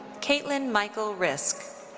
katilin michael rizk.